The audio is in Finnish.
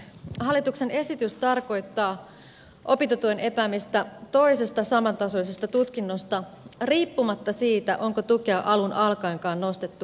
hallituksen esitys tarkoittaa opintotuen epäämistä toisesta samantasoisesta tutkinnosta riippumatta siitä onko tukea alun alkaenkaan nostettu kuukauttakaan